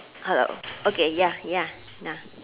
hello okay ya ya ya